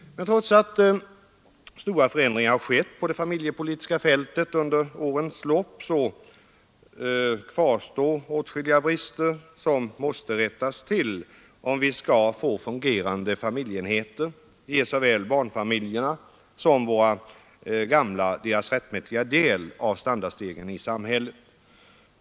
Men trots att stora förändringar har inträffat på det familjepolitiska fältet under årens lopp kvarstår åtskilliga brister som måste rättas till, om vi skall få fungerande familjeenheter och kunna ge såväl barnfamiljerna som våra gamla deras rättmätiga del av standardstegringen i samhället.